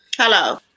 Hello